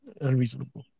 unreasonable